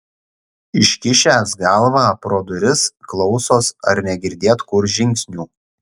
iškišęs galvą pro duris klausos ar negirdėt kur žingsnių